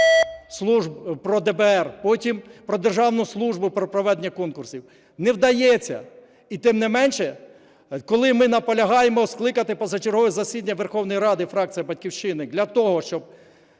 Закону про ДБР, потім "Про державну службу" про проведення конкурсів. Не вдається. І тим не менше, коли ми наполягаємо скликати позачергове засідання Верховної Ради, фракція "Батьківщина", для того, щоб